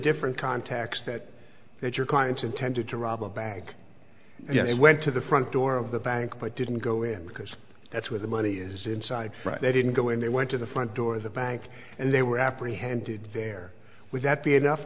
different context that if your clients intended to rob a bank yeah they went to the front door of the bank but didn't go in because that's where the money is inside they didn't go in they went to the front door the bank and they were apprehended there with that be enough